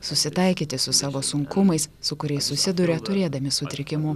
susitaikyti su savo sunkumais su kuriais susiduria turėdami sutrikimų